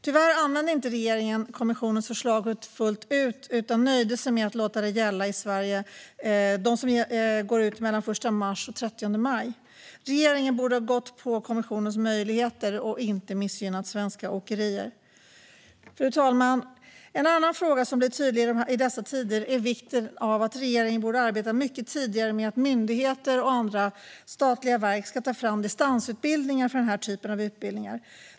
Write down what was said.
Tyvärr använde inte regeringen kommissionens förslag fullt ut utan nöjde sig med att låta det gälla i Sverige för yrkeskompetensbevis som går ut mellan den 1 mars och den 31 maj. Regeringen borde ha tagit vara på de möjligheter som kommissionen ger och inte missgynnat svenska åkerier. Fru talman! En annan fråga som blir tydlig i dessa tider är vikten av att regeringen borde ha arbetat mycket tidigare med att myndigheter och andra statliga verk ska ta fram distansutbildningar för denna typ av utbildningar.